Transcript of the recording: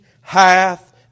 hath